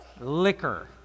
liquor